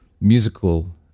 musical